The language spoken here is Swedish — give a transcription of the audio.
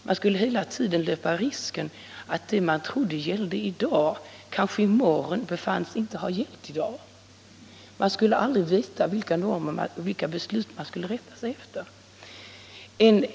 Man skulle hela tiden löpa risken att det man trodde gällde i dag, kanske i morgon, befanns inte ha gällt i dag. Man skulle aldrig veta vilka beslut man hade att rätta sig efter.